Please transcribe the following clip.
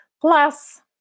Plus